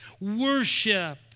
worship